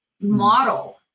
model